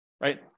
right